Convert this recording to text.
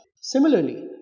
Similarly